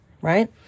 right